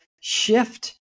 shift